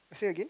say again